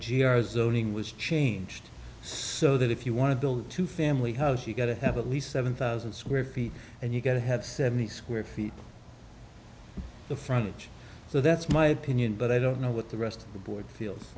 r s zoning was changed so that if you want to build two family house you got to have at least seven thousand square feet and you get to have seventy square feet the front edge so that's my opinion but i don't know what the rest of the board feels